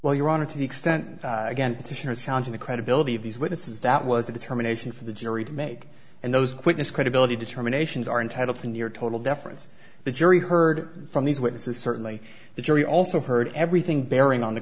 honor to the extent again petitioners challenging the credibility of these witnesses that was a determination for the jury to make and those quickness credibility determinations are entitle to near total deference the jury heard from these witnesses certainly the jury also heard everything bearing on the